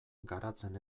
garatzen